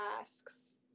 asks